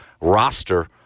roster